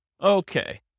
Okay